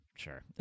sure